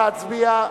נא להצביע.